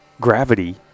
gravity